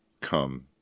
come